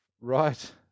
Right